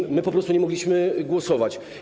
I my po prostu nie mogliśmy głosować.